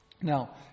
Now